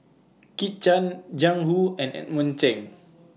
Kit Chan Jiang Hu and Edmund Cheng